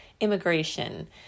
immigration